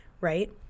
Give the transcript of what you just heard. right